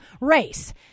race